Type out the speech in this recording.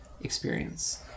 experience